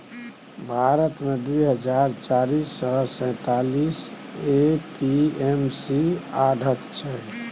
भारत मे दु हजार चारि सय सैंतालीस ए.पी.एम.सी आढ़त छै